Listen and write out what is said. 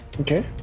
Okay